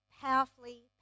powerfully